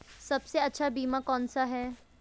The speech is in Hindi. सबसे अच्छा बीमा कौन सा है?